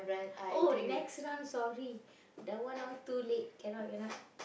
oh next round sorry that one ah too late cannot cannot